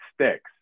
sticks